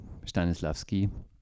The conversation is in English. Stanislavski